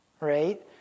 Right